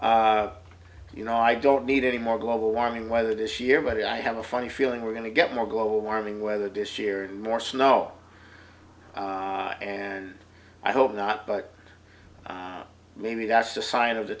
south you know i don't need any more global warming weather this year but i have a funny feeling we're going to get more global warming weather this year more snow and i hope not but maybe that's a sign of the